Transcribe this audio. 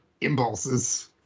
impulses